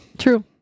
true